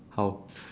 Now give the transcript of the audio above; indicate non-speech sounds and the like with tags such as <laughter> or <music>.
how <laughs>